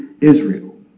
Israel